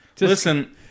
Listen